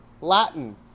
Latin